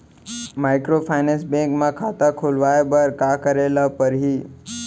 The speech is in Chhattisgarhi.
माइक्रोफाइनेंस बैंक म खाता खोलवाय बर का करे ल परही?